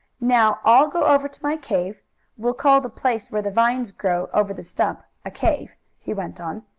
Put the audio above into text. now i'll go over to my cave we'll call the place where the vines grow over the stump a cave, he went on,